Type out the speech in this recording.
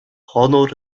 honor